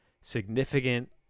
significant